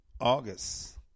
August